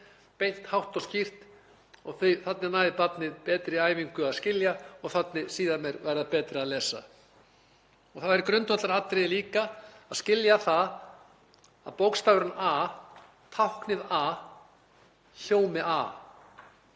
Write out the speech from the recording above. beint hátt og skýrt. Þannig næði barnið betri æfingu í að skilja og síðar meir yrði það betra að lesa. Það væri grundvallaratriði líka að skilja það að bókstafurinn a, táknið a, hljómi a.